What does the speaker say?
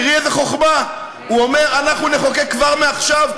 תראי איזה חוכמה: אנחנו נחוקק כבר מעכשיו,